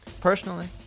Personally